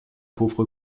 pauvre